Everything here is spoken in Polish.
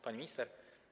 Pani Minister!